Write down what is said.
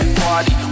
party